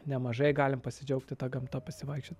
nemažai galim pasidžiaugti ta gamta pasivaikščiot